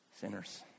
sinners